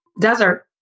Desert